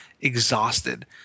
exhausted